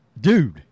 dude